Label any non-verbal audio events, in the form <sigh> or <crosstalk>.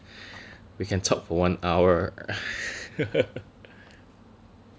we can talk for one hour <laughs>